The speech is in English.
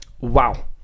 wow